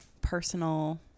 personal